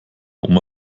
oma